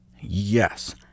Yes